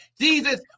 Jesus